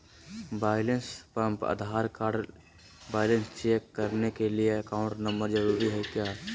Balance pump Aadhaar card balance check करने के लिए अकाउंट नंबर जरूरी है क्या?